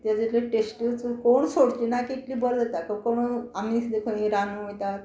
तेज्या इतलो टेस्टूच कोण सोडची ना की इतली बरें जाता कोण आमी सुद्दां खंय रानू वयता